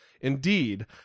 Indeed